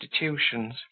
institutions